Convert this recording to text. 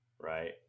right